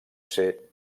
ser